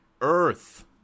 Earth